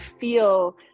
feel